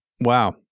Wow